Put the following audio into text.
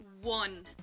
one